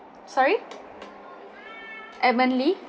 sorry emily